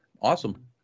Awesome